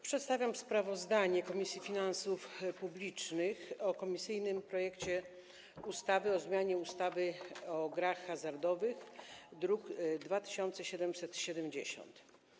Przedstawiam sprawozdanie Komisji Finansów Publicznych o komisyjnym projekcie ustawy o zmianie ustawy o grach hazardowych, druk nr 2770.